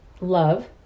love